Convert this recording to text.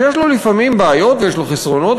שיש לו לפעמים בעיות ויש לו חסרונות,